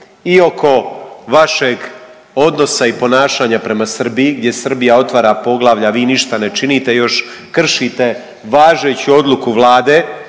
I oko vašeg odnosa i ponašanja prema Srbiji gdje Srbija otvara poglavlja, a vi ništa ne činite još kršite važeću odluku vlade.